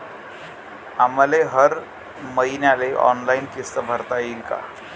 आम्हाले हर मईन्याले ऑनलाईन किस्त भरता येईन का?